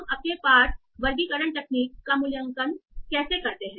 हम अपने पाठ वर्गीकरण तकनीक का मूल्यांकन कैसे करते हैं